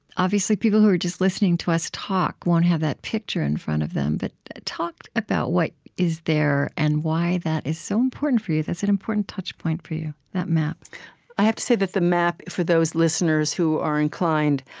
obviously, people who are just listening to us talk won't have that picture in front of them, but talk about what is there and why that is so important for you. that's an important touch point for you, that map i have to say that the map, for those listeners who are inclined,